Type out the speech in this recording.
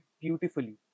beautifully